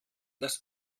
das